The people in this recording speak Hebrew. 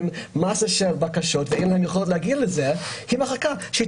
מסה של בקשות ואין הן יכולת להגיע לבקשה של אותה אישה.